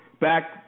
back